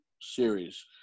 series